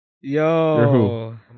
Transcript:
Yo